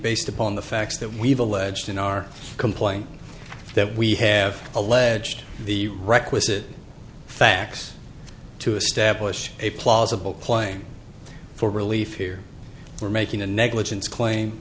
based upon the facts that we've alleged in our complaint that we have alleged the requisite facts to establish a plausible claim for relief here for making a negligence claim